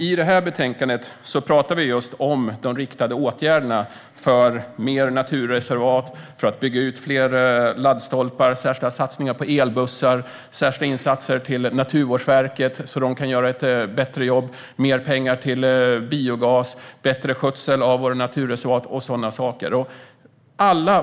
I det här betänkandet talar vi om de riktade åtgärderna för fler naturreservat och för att bygga ut fler laddstolpar, om särskilda satsningar på elbussar, om särskilda insatser till Naturvårdsverket så att det kan göra ett bättre jobb, om mer pengar till biogas, om bättre skötsel av våra naturreservat och sådana saker.